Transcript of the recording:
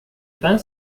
pain